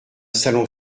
salon